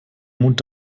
mond